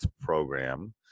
program